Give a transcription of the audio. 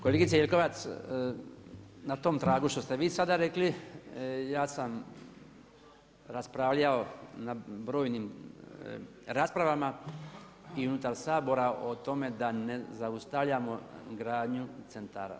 Kolegice Jelkovac, na tom tragu što ste vi sad rekli, ja sam raspravljao na brojnim raspravama i unutar Sabora o tome da ne zaustavljamo gradnju centara.